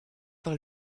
par